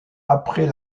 après